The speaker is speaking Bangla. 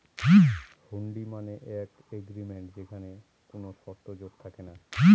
হুন্ডি মানে এক এগ্রিমেন্ট যেখানে কোনো শর্ত যোগ থাকে না